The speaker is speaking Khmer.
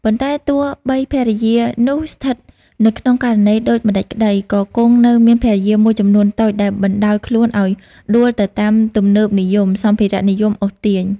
ប៉ុន្តែទោះបីភរិយានោះស្ថិតនៅក្នុងករណីដូចម្ដេចក្ដី ក៏គង់នៅមានភរិយាមួយចំនួនតូចដែលបណ្ដោយខ្លួនឲ្យដួលទៅតាមទំនើបនិយម សម្ភារៈនិយមអូសទាញ ។